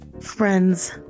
Friends